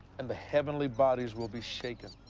and the heavenly bodies will be shaken.